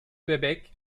bebek